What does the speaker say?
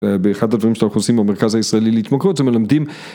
באחד הדברים שאנחנו עושים במרכז הישראלי להתמכרות, זה מלמדים